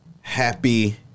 happy